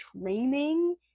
training